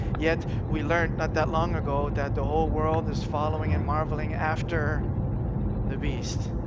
yet we learned not that long ago that the whole world is following and marveling after the beast,